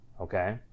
Okay